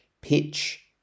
pitch